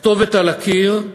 הכתובת על הקיר,